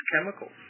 chemicals